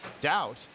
doubt